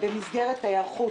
במסגרת ההיערכות